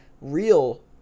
real